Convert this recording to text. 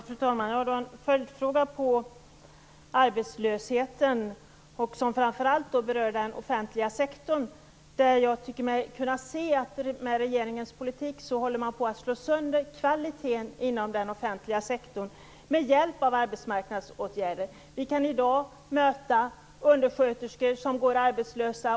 Fru talman! Jag har en följdfråga om arbetslösheten som framför allt berör den offentliga sektorn. Jag tycker mig kunna se att man med regeringens politik håller på att slå sönder kvaliteten inom den offentliga sektorn med hjälp av arbetsmarknadsåtgärder. Vi kan i dag möta undersköterskor som går arbetslösa.